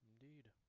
Indeed